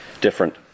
different